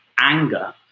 anger